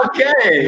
Okay